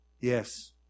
yes